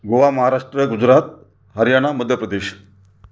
Goa Maharashtra Gujarat Haryana Madhya Pradesh